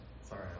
Sorry